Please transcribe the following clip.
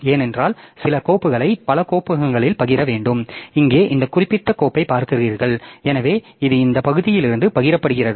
ஏனென்றால் சில கோப்புகளை பல கோப்பகங்களில் பகிர வேண்டும் இங்கே இந்த குறிப்பிட்ட கோப்பைப் பார்க்கிறீர்கள் எனவே இது இந்த பகுதியிலிருந்தும் பகிரப்படுகிறது